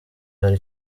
hari